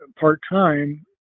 part-time